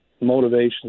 motivation